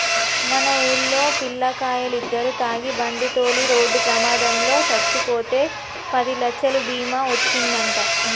మన వూల్లో పిల్లకాయలిద్దరు తాగి బండితోలి రోడ్డు ప్రమాదంలో సచ్చిపోతే పదిలచ్చలు బీమా ఒచ్చిందంట